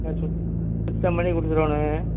ஆ சுத் சுத்தம் பண்ணி கொடுத்துட்னோங்க